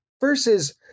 versus